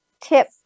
tip